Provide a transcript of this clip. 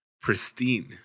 pristine